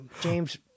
James